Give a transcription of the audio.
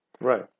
Right